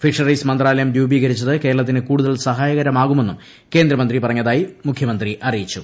fisheries മന്ത്രാലയം രൂപീകരിച്ചത് കേരളത്തിന് കൂടുതൽ സഹായകരമാകുമെന്നും കേന്ദ്രമന്ത്രി പറഞ്ഞതായി മുഖ്യമന്ത്രി അറിയിച്ചു